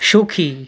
সুখী